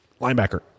linebacker